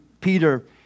Peter